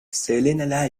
selena